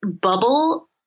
bubble